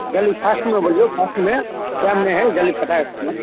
बोलू फास्टमे बोलियौ फास्टमे टाइम नहि है जल्दी फटाक सीना